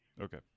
Okay